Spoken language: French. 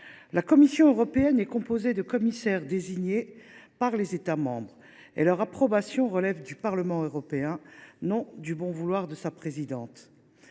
La Commission européenne est composée de commissaires désignés par les États membres. Leur approbation relève du Parlement européen, non du bon vouloir de la présidente